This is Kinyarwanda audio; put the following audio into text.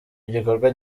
igikorwa